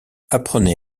apprenez